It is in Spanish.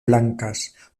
blancas